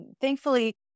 thankfully